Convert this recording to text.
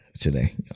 today